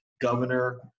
governor